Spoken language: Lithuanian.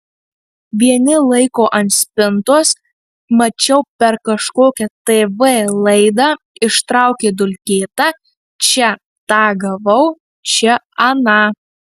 vieni laiko ant spintos mačiau per kažkokią tv laidą ištraukė dulkėtą čia tą gavau čia aną